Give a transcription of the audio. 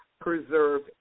Preserve